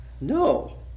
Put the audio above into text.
No